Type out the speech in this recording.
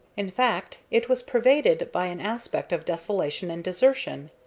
in fact it was pervaded by an aspect of desolation and desertion.